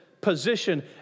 position